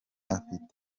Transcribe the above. afite